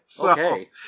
Okay